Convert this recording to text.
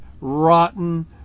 rotten